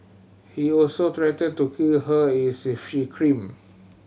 he also threatened to kill her if she screamed